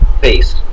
Face